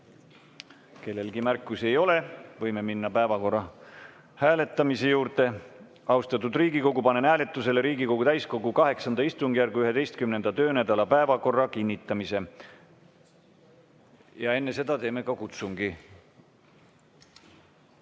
Kellelgi märkusi ei ole, võime minna päevakorra hääletamise juurde. Austatud Riigikogu! Panen hääletusele Riigikogu täiskogu VIII istungjärgu 11. töönädala päevakorra kinnitamise. Ja enne seda teeme ka kutsungi.